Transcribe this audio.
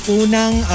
unang